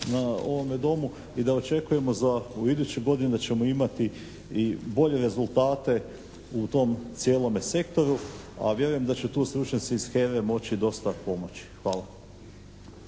na ovome Domu i da očekujemo za u idućoj godini da ćemo imati i bolje rezultate u tom cijelome sektoru, a vjerujem da će tu stručnjaci iz …/Govornik se